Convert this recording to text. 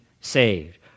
saved